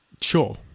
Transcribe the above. Sure